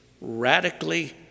radically